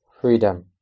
freedom